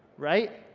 right?